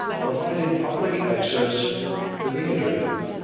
provided public access to the internet.